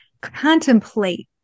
contemplate